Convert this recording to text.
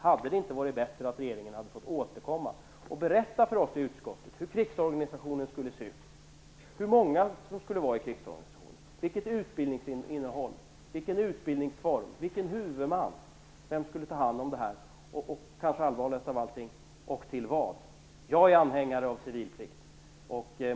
Hade det inte varit bättre att regeringen hade fått återkomma och berätta för oss i utskottet hur krigsorganisationen skulle se ut, hur många som skulle vara i den, vilket utbildningsinnehåll, vilken utbildningsform och vilken huvudman den skulle ha, och vem skulle ta hand om detta, och kanske allvarligast av allt, till vad? Jag är anhängare av civil plikt.